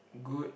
good